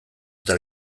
edo